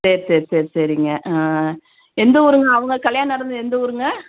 சரி சரி சரி சரிங்க எந்த ஊருங்க அவங்க கல்யாண நடந்தது எந்த ஊருங்க